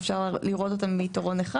אפשר לראות אותם ביתרון אחד,